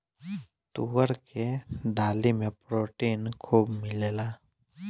तुअर के दाली में प्रोटीन खूब मिलेला